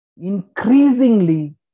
increasingly